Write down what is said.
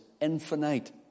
infinite